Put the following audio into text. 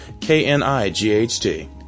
K-N-I-G-H-T